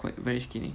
like very skinny